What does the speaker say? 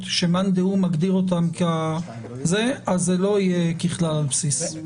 שמאן דהוא מגדיר אותן אז זה לא יהיה "ככלל על בסיס".